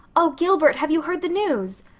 oh, gilbert, have you heard the news?